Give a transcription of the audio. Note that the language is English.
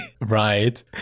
right